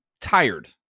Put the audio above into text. tired